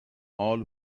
all